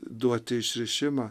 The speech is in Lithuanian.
duoti išrišimą